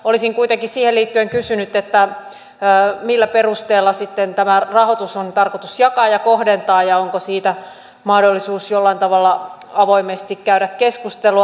olisin kuitenkin siihen liittyen kysynyt millä perusteella sitten tämä rahoitus on tarkoitus jakaa ja kohdentaa ja onko siitä mahdollisuus jollain tavalla avoimesti käydä keskustelua